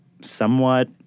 somewhat